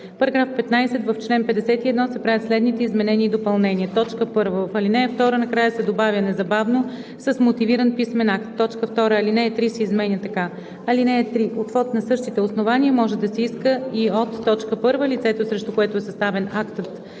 15: „§ 15. В чл. 51 се правят следните изменения и допълнения: 1. В ал. 2 накрая се добавя „незабавно с мотивиран писмен акт“. 2. Алинея 3 се изменя така: „(3) Отвод на същите основания може да се иска и от: 1. лицето, срещу което е съставен актът